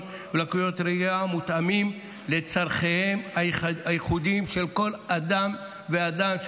ולקויות ראייה שמותאמים לצרכיו הייחודיים של כל אדם ואדם,